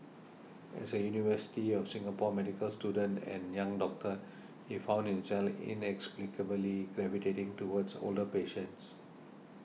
as a University of Singapore medical student and young doctor he found himself inexplicably gravitating towards older patients